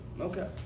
Okay